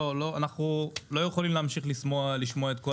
אנחנו לא יכולים להמשיך לשמוע את כל